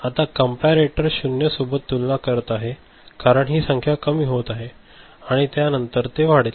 आता कम्पारेटर शून्य सोबत तुलना करत आहे कारण हि संख्या कमी होत आहे आणि त्या नंतर ते वाढेल